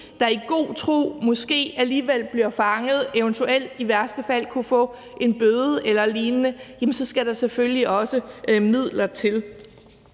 er i god tro, alligevel bliver fanget og eventuelt og i værste fald kunne få en bøde eller lignende, skal der selvfølgelig også midler til.